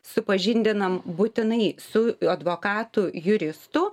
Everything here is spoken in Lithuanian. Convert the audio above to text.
supažindinam būtinai su advokatu juristu